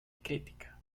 crítica